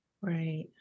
Right